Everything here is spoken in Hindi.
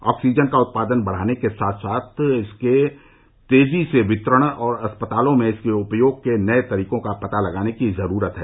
आक्सीजन का उत्पादन बढाने के साथ साथ इसके तेजी से वितरण और अस्पतालों में इसके उपयोग के नये तरीकों का पता लगाने की जरूरत है